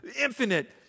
infinite